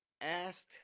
asked